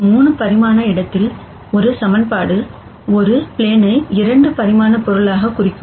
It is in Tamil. ஒரு 3 பரிமாண இடத்தில் ஒரு ஈக்குவேஷன் ஒரு பிளேனை 2 பரிமாண பொருளாக குறிக்கும்